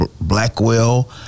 Blackwell